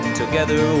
together